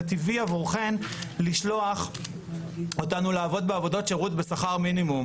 זה טבעי עבורכן לשלוח אותנו לעבוד בעבודות שירות בשכר מינימום.